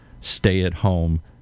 stay-at-home